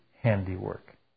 handiwork